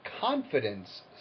confidence